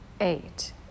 eight